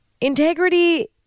integrity